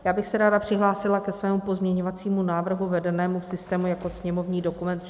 Já bych se ráda přihlásila ke svému pozměňovacímu návrhu vedenému v systému jako sněmovní dokument 4972.